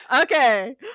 Okay